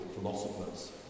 philosophers